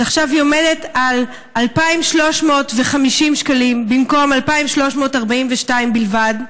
אז עכשיו היא עומדת על 2,350 שקלים במקום 2,342 בלבד,